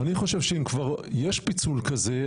אני חושב שאם כבר יש פיצול כזה,